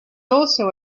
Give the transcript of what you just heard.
also